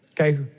Okay